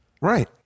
right